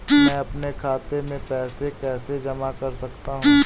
मैं अपने खाते में पैसे कैसे जमा कर सकता हूँ?